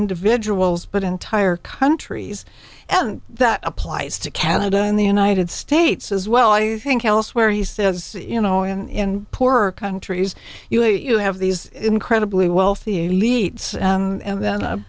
individuals but entire countries and that applies to canada and the united states as well i think elsewhere he says you know in poorer countries you know you have these incredibly wealthy elites and then